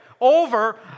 over